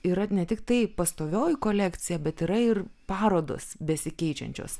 yra ne tiktai pastovioji kolekcija bet yra ir parodos besikeičiančios